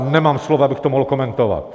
Nemám slov, abych to mohl komentovat.